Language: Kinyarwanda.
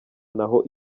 naho